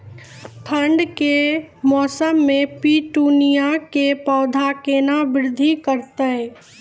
ठंड के मौसम मे पिटूनिया के पौधा केना बृद्धि करतै?